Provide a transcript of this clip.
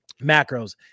macros